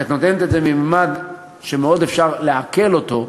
כי את נותנת את זה מממד שמאוד אפשר לעכל אותו,